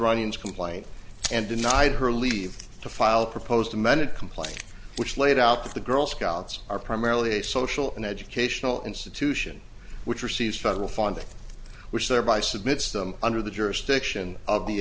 ryan's complaint and denied her leave to file a proposed amended complaint which laid out that the girl scouts are primarily a social and educational institution which receives federal funding which thereby submit them under the jurisdiction of the